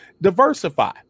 diversify